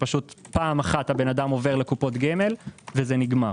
פעם אחת האדם עובר לקופות גמל וזה נגמר.